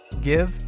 Give